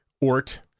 ort